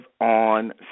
on